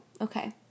Okay